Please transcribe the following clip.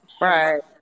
right